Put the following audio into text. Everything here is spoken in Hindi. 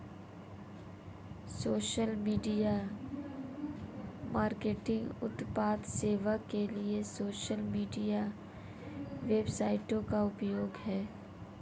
सोशल मीडिया मार्केटिंग उत्पाद सेवा के लिए सोशल मीडिया वेबसाइटों का उपयोग है